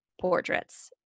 Portraits